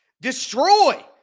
destroy